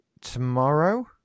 tomorrow